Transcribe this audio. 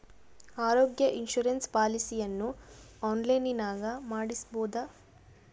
ಆರೋಗ್ಯ ಇನ್ಸುರೆನ್ಸ್ ಪಾಲಿಸಿಯನ್ನು ಆನ್ಲೈನಿನಾಗ ಮಾಡಿಸ್ಬೋದ?